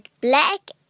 black